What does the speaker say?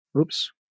Oops